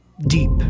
deep